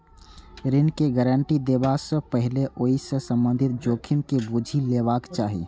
ऋण के गारंटी देबा सं पहिने ओइ सं संबंधित जोखिम के बूझि लेबाक चाही